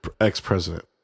ex-president